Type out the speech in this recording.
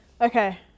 Okay